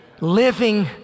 Living